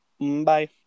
bye